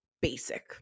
basic